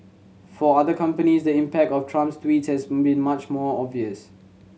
for other companies the impact of Trump's tweets has been much more obvious